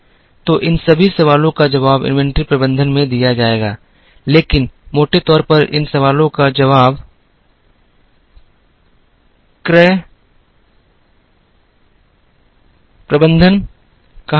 तो इन सभी सवालों का जवाब इन्वेंट्री प्रबंधन में दिया जाएगा लेकिन मोटे तौर पर इन सभी सवालों का जवाब क्रय प्रबंधन कहा जाएगा